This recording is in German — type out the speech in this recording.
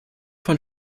von